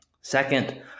Second